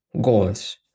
goals